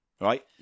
Right